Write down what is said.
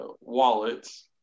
wallets